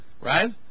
Right